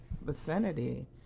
vicinity